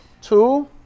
Two